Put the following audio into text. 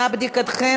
נא בדיקתכם.